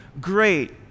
great